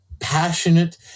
passionate